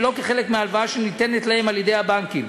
ולא כחלק מההלוואה שניתנת להם על-ידי הבנקים.